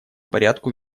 порядку